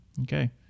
Okay